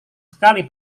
sekali